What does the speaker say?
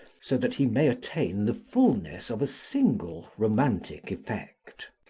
so that he may attain the fulness of a single romantic effect.